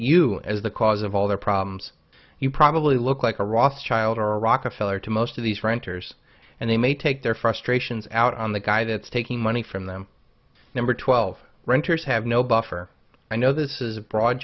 you as the cause of all their problems you probably look like a rothschild or a rockefeller to most of these renters and they may take their frustrations out on the guy that's taking money from them number twelve renters have no buffer i know this is a broad